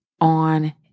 on